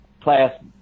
class